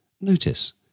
Notice